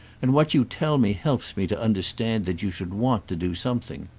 and what you tell me helps me to understand that you should want to do something.